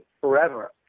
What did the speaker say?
forever